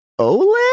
OLED